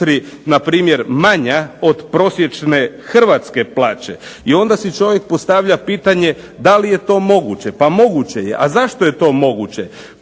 npr. manja od prosječne hrvatske plaće. I onda si čovjek postavlja pitanje, da li je to moguće? Pa moguće je. A zašto je to moguće?